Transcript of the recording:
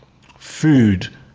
food